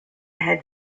had